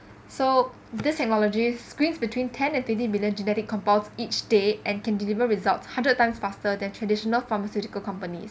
so this technology screens between ten and twenty million genetic compound each day and can deliver results hundred times faster than traditional pharmaceutical companies